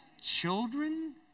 Children